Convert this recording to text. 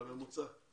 הממוצע.